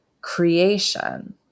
creation